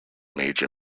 major